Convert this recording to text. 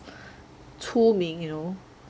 出名 you know